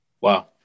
Wow